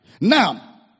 Now